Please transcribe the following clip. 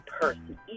person